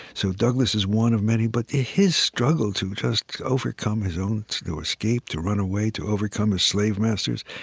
so douglass is one of many. but his struggle to just overcome his own to escape, to run away, to overcome his slave masters,